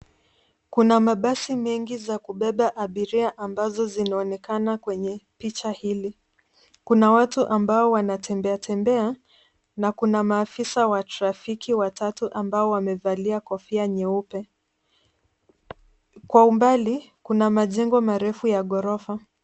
Kuna mabasi mengi za kubeba abiria ambazo zinaonekana kwenye picha hili. Kuna watu ambao wanatembeatembea na kuna maafisa wa trafiki watatu ambao wamevalia kofia nyeupe, kwa umbali kuna majengo marefu ya ghorofa.